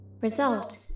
result